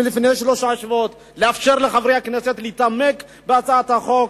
לפני שלושה שבועות ולאפשר לחברי הכנסת להתעמק בהצעת החוק,